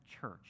church